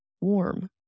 warm